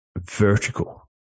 vertical